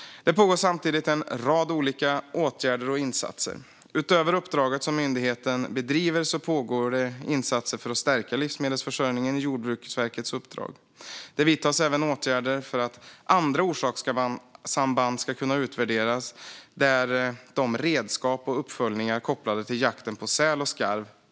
Samtidigt pågår en rad olika åtgärder och insatser. Utöver uppdraget till myndigheten pågår insatser för att stärka livsmedelsförsörjningen inom ramen för Jordbruksverkets uppdrag. Dessutom vidtas åtgärder för att andra orsakssamband ska kunna utvärderas. Det handlar bland annat om redskap och uppföljningar av jakten på säl och skarv.